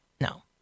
no